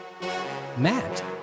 Matt